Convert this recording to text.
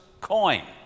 coin